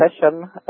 session